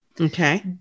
Okay